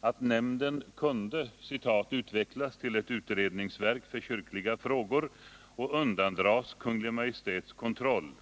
att nämnden kunde ”utvecklas till ett utredningsverk för kyrkliga frågor och undandragas Kungl. Maj:ts kontroll”.